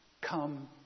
Come